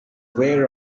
way